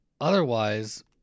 otherwise